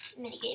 minigame